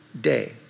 day